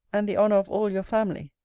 and the honour of all youre familly.